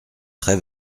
très